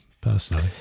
personally